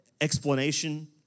explanation